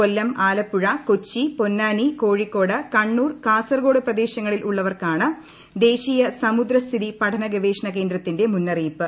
കൊല്ലം ആലപ്പുഴ കൊച്ചി പൊന്നാനി കോഴിക്കോട് കണ്ണൂർ കാസർഗോഡ് പ്രദേശങ്ങളിൽ ഉള്ളവർക്കാണ് ദേശീയ സമുദ്ര സ്ഥിതി പഠന ഗവേഷണ കേന്ദ്രത്തിന്റെ മുന്നറിയിപ്പ്